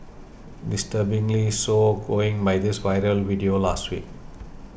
disturbingly so going by this viral video last week